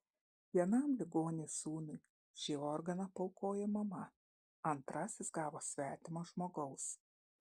vienam ligoniui sūnui šį organą paaukojo mama antrasis gavo svetimo žmogaus